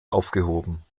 aufgehoben